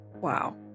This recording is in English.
Wow